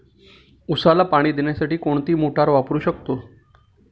उसाला पाणी देण्यासाठी कोणती मोटार वापरू शकतो?